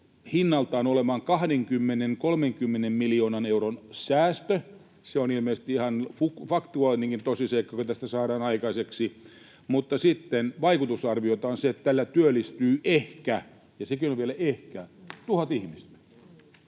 hinnaltaan olemaan 20—30 miljoonan euron säästö. Se on ilmeisesti ihan faktuaalinenkin tosiseikka, joka tästä saadaan aikaiseksi, mutta sitten vaikutusarviona on se, että tällä työllistyy ehkä — ja sekin on vielä ”ehkä” — tuhat ihmistä.